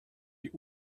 wie